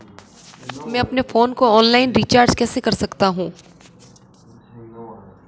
मैं अपने फोन को ऑनलाइन रीचार्ज कैसे कर सकता हूं?